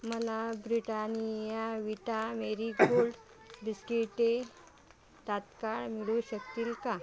मला Britannia Vita Marie Gold बिस्किटे तात्काळ मिडू शकतील का